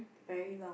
very long